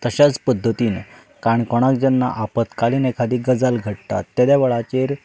तशाच पद्दतीन काणकोणांत जेन्ना आपत्कालीन एखादी गजाल घडटा तेद्या वेळाचेर